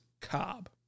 Cobb